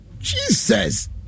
Jesus